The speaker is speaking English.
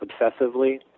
obsessively